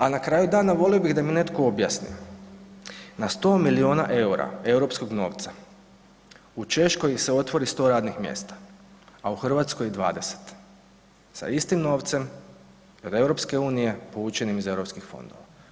A na kraju dana volio bih da mi netko objasni, na 100 milijuna eura europskog novca u Češkoj se otvori 100 radnih mjesta, a u Hrvatskoj 20 sa istim novcem od EU povučenim iz europskih fondova.